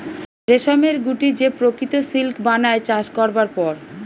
রেশমের গুটি যে প্রকৃত সিল্ক বানায় চাষ করবার পর